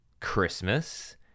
christmas